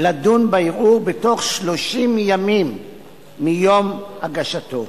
לדון בערעור בתוך 30 ימים מיום הגשתו.